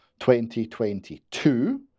2022